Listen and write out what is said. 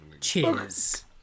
Cheers